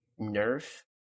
nerf